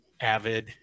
Avid